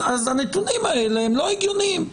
אז הנתונים האלה הם לא הגיוניים.